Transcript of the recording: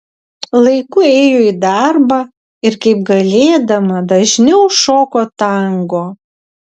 laiku ėjo į darbą ir kaip galėdama dažniau šoko tango